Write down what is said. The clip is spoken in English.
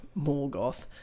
Morgoth